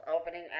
Opening